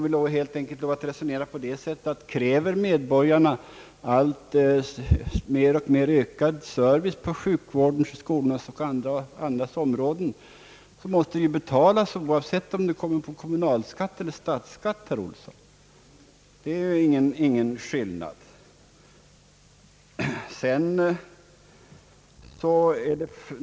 Vi får helt enkelt resonera på det sättet, att kräver medborgarna allt mer och mer av ökad service inom sjukvården, på utbildningsområdet o. s. v. så måste vi klara kostnaderna oavsett om de kommer på statsskatten eller kommunalskatten. Det är ingen skillnad.